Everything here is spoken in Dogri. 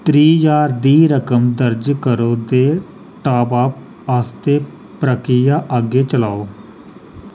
त्रीह् ज्हार दी रकम दर्ज करो ते टॉपअप आस्तै प्रक्रिया अग्गें चलाओ